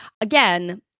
again